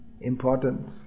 Important